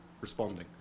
responding